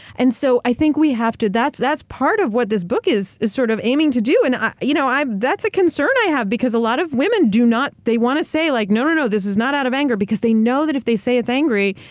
and so, i think we have to. that's that's part of what this book is is sort of aiming to do. and you know that's a concern i have, because a lot of women do not. they want to say, like, no, no, no. this is not out of anger. because they know that if they say it's angry,